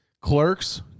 Clerks